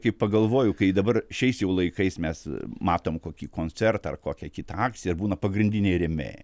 kai pagalvoju kai dabar šiais jau laikais mes matom kokį koncertą ar kokią kitą akciją ir būna pagrindiniai rėmėjai